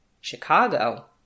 Chicago